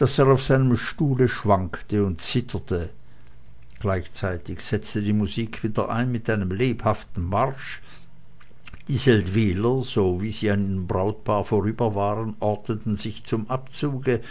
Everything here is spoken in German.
auf seinem stuhle schwankte und zitterte gleichzeitig setzte die musik wieder ein mit einem lebhaften marsch die seldwyler sowie sie an dem brautpaar vorüber waren ordneten sich zum abzuge